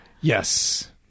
Yes